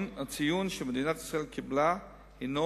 הציון שמדינת ישראל קיבלה הינו,